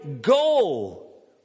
goal